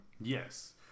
Yes